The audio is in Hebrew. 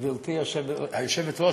גברתי היושבת-ראש,